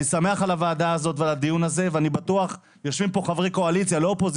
אני שמח על קיום הדיון שבו משתתפים חברי קואליציה,